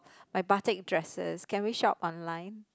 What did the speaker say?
my batik dresses can we shop online